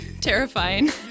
terrifying